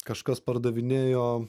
kažkas pardavinėjo